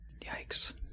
Yikes